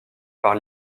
par